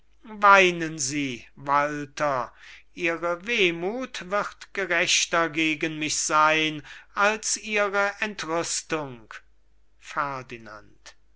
weinen sie walter ihre wehmuth wird gerechter gegen mich sein als ihre entrüstung